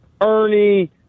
Ernie